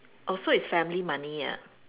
oh so it's family money ah